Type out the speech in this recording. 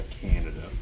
Canada